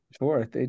Sure